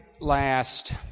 last